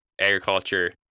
agriculture